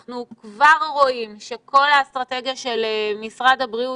אנחנו כבר רואים שכל האסטרטגיה של משרד הבריאות